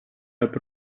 защита